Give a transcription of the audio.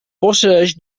posseeix